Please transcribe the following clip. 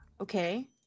Okay